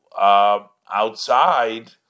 outside